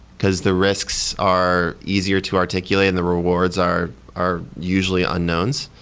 because the risks are easier to articulate and the rewards are are usually unknowns.